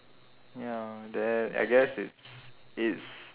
ya then I guess it's it's